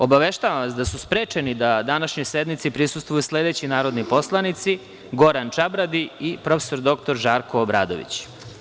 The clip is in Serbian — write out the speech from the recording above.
Obaveštavam vas da su sprečeni da današnjoj sednici prisustvuju sledeći narodni poslanici: Goran Čabradi i prof. dr Žarko Obradović.